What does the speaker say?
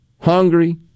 hungry